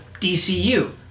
DCU